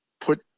put